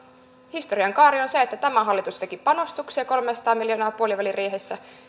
historian kaari on se että tämä hallitus teki panostuksia kolmesataa miljoonaa puoliväliriihessä